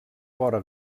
vora